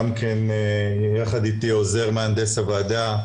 גם כן יחד איתי עוזר מהנדס הועדה,